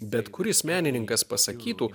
bet kuris menininkas pasakytų